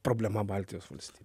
problema baltijos valstybių